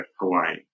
Hawaii